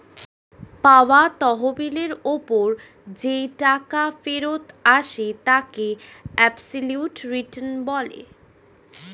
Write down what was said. পাওয়া তহবিলের ওপর যেই টাকা ফেরত আসে তাকে অ্যাবসোলিউট রিটার্ন বলে